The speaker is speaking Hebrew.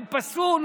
הוא פסול,